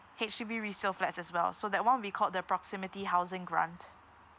H_D_B resale flats as well so that [one] will be called the proximity housing grant